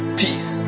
peace